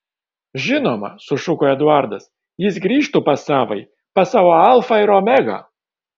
žinoma sušuko eduardas jis grįžtų pas savąjį pas savo alfą ir omegą